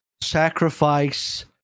sacrifice